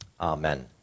amen